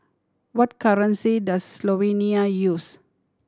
what currency does Slovenia use